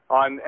on